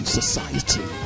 Society